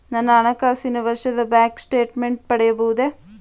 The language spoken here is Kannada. ನನ್ನ ಹಣಕಾಸಿನ ವರ್ಷದ ಬ್ಯಾಂಕ್ ಸ್ಟೇಟ್ಮೆಂಟ್ ಪಡೆಯಬಹುದೇ?